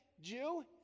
Jew